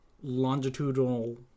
longitudinal